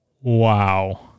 wow